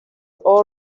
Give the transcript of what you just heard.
all